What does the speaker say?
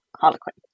Harlequin